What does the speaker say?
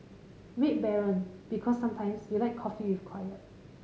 Red Baron Because sometimes you like coffee with quiet